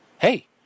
Hey